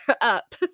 up